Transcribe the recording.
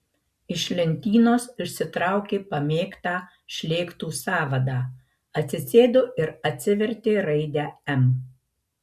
iš lentynos išsitraukė pamėgtą šlėktų sąvadą atsisėdo ir atsivertė raidę m